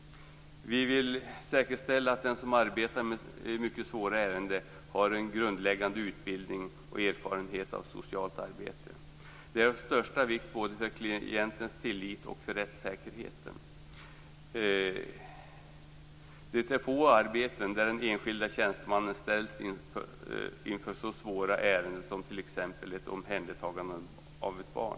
Vi vill säkerställa att den som arbetar med mycket svåra ärenden har en grundläggande utbildning och erfarenhet av socialt arbete. Det är av största vikt både för klientens tillit och för rättssäkerheten. Det är få arbeten där den enskilde tjänstemannen ställs inför så svåra ärenden som t.ex. ett omhändertagande av ett barn.